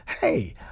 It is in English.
hey